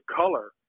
color